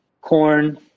corn